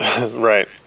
Right